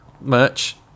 merch